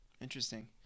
Interesting